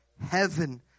Heaven